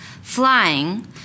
flying